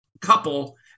couple